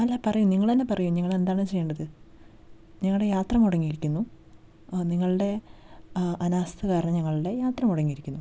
അല്ല പറയൂ നിങ്ങൾ തന്നെ പറയൂ ഞങ്ങൾ എന്താണ് ചെയ്യേണ്ടത് ഞങ്ങളുടെ യാത്ര മുടങ്ങിയിരിക്കുന്നു നിങ്ങളുടെ അനാസ്ഥ കാരണം ഞങ്ങളുടെ യാത്ര മുടങ്ങിയിരിക്കുന്നു